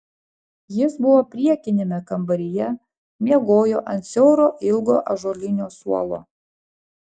jis buvo priekiniame kambaryje miegojo ant siauro ilgo ąžuolinio suolo